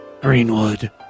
Greenwood